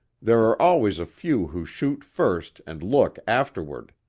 there are always a few who shoot first and look afterward.